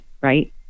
right